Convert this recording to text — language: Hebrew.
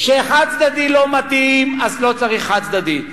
כשחד-צדדי לא מתאים, לא צריך חד-צדדי.